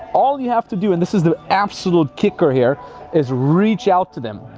all you have to do and this is the absolute kicker here is reach out to them,